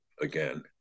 again